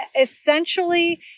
essentially